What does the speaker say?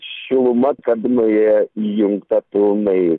šiluma kabinoje įjungta pilnai